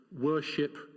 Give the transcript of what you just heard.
Worship